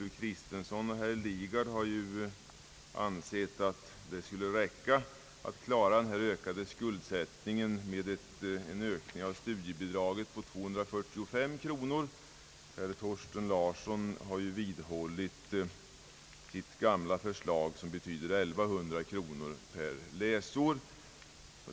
Fru Kristensson och herr Lidgard har ansett att den ökade skuldsättningen skulle klaras genom en ökning av studiebidraget med 245 kronor, medan herr Thorsten Larsson har vidhållit sitt gamla förslag, som går ut på 1100 kronor per läsår.